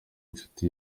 nshuti